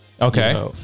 Okay